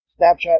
Snapchat